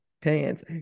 pants